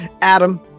Adam